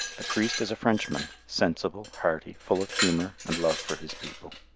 the priest is a frenchman, sensible, hearty, full of humour and love for his people.